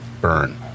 burn